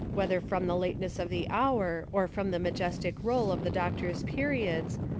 whether from the lateness of the hour or from the majestic roll of the doctor's periods,